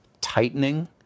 tightening